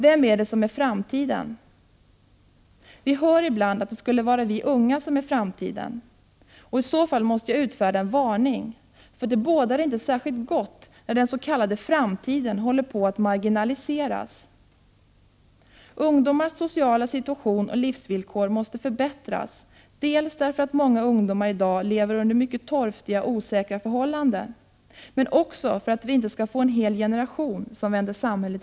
Vem är det som är framtiden? Vi hör ibland att det skulle vara vi unga som är framtiden. I så fall måste jag utfärda en varning, för det bådar inte särskilt gott när den s.k. framtiden håller på att marginaliseras. Ungdomars sociala situation och livsvillkor måste förbättras, dels därför att många ungdomar i dag lever under mycket torftiga och osäkra förhållanden, dels för att vi inte skall få en hel generation som vänder samhället